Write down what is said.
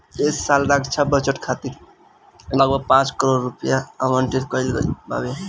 ऐ साल रक्षा बजट खातिर लगभग पाँच लाख करोड़ रुपिया आवंटित कईल गईल बावे